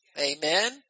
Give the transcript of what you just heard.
Amen